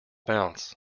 bounce